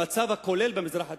המצב הכולל במזרח התיכון,